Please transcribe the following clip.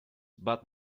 but